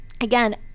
again